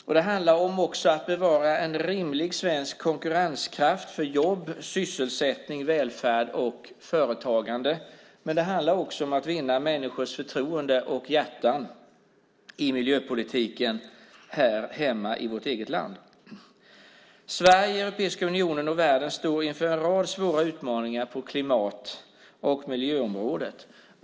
Samtidigt handlar det om att bevara en rimlig svensk konkurrenskraft för jobb, sysselsättning, välfärd och företagande, men det handlar också om att vinna människors förtroende och hjärtan i miljöpolitiken i vårt eget land. Sverige, Europeiska unionen och världen står inför en rad svåra utmaningar på klimat och miljöområdet.